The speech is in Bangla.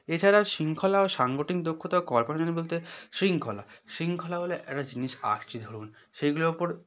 এছাড়াও শৃঙ্খলা ও সাংগঠনিক দক্ষতা কল্পনা বলতে শৃঙ্খলা শৃঙ্খলা বলে একটা জিনিস আঁকছি ধরুন সেইগুলোর ওপর